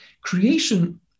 Creation